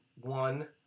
one